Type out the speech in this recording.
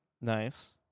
nice